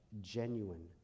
genuine